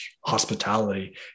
hospitality